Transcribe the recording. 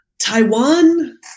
Taiwan